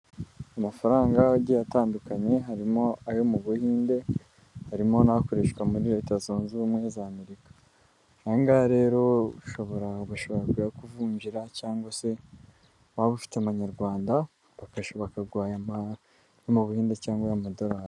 Amafaranga agiye atandukanye harimo ayo mu Buhinde, harimo n'akoreshwa muri leta zunze ubumwe za Amerika aya ngaya rero ushobora bashobora kuvunjira cyangwa se waba ufite abanyarwanda, bakagwaya ayo mu Buhinde cyangwa ay'amadorari.